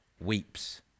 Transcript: weeps